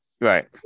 Right